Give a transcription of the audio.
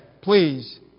please